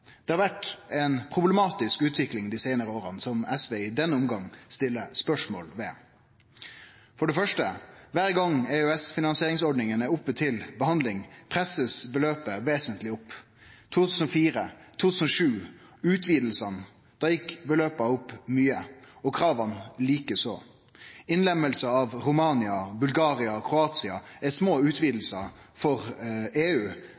har der vore ei problematisk utvikling dei seinare åra, som SV i denne omgangen stiller spørsmål ved. For det første: Kvar gong EØS-finansieringsordninga er oppe til handsaming, blir beløpet pressa vesentleg opp. I utvidingane i 2004 og i 2007 gjekk beløpa opp mykje, og krava like eins. Innlemminga av Romania, Bulgaria og Kroatia var små utvidingar for EU,